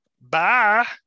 Bye